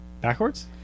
Backwards